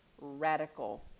Radical